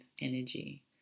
energy